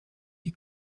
die